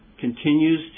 continues